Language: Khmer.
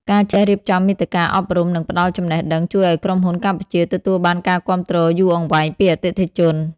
ការចេះរៀបចំមាតិកាអប់រំ និងផ្តល់ចំណេះដឹង ជួយឱ្យក្រុមហ៊ុនកម្ពុជាទទួលបានការគាំទ្រយូរអង្វែងពីអតិថិជន។